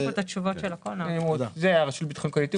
יש לנו פה את התשובות של הכול --- הרשות לביטחון קהילתי,